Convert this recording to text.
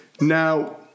Now